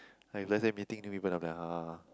like let's say meeting new people then I'm like ha ha ha